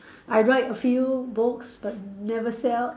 I write a few books but never sell